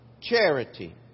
charity